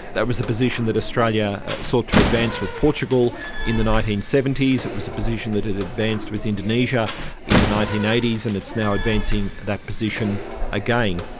that was the position that australia sought to advance with portugal in the nineteen seventy s, it was a position that it advanced with indonesia in the nineteen eighty s, and it's now advancing that position again.